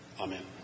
Amen